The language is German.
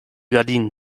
gardinen